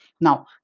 now